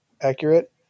accurate